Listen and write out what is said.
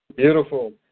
Beautiful